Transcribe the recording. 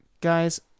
Guys